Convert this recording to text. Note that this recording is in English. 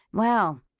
well,